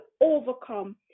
overcome